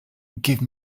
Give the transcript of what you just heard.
give